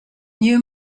new